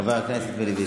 חבר הכנסת מלביצקי.